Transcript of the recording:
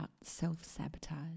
self-sabotage